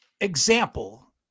example